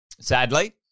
sadly